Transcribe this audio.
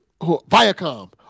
Viacom